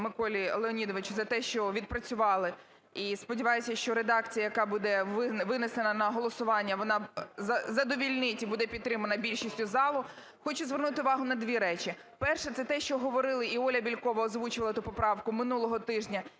Миколі Леонідовичу за те, що відпрацювали. І сподіваюся, що редакція, яка буде винесена на голосування, вона задовольнить і буде підтримана більшістю залу. Хочу звернути увагу на дві речі. Перше. Це те, що говорили, і ОляБєлькова озвучувала ту поправку минулого тижня,